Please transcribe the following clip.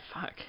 Fuck